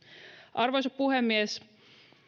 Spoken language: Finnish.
arvoisa puhemies